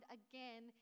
again